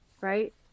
right